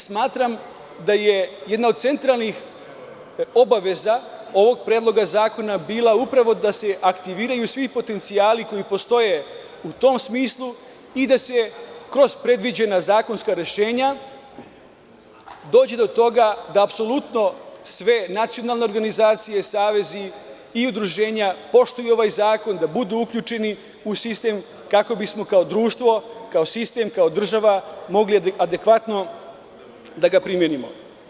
Smatram da je jedna od centralnih obaveza ovog predloga zakona bila upravo da se aktiviraju svi potencijali koji postoje u tom smislu i da se kroz predviđena zakonska rešenja dođe do toga da apsolutno sve nacionalne organizacije, savezi i udruženja poštuju ovaj zakon, da budu uključeni u sistem kako bismo kao društvo, kao sistem i država mogli adekvatno da ga primenimo.